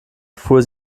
fuhr